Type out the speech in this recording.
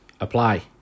apply